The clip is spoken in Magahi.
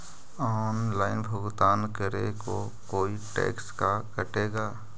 ऑनलाइन भुगतान करे को कोई टैक्स का कटेगा?